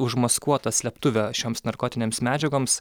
užmaskuota slėptuvė šioms narkotinėms medžiagoms